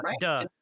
duh